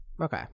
Okay